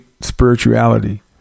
spirituality